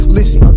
Listen